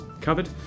Covered